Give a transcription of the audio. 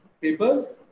papers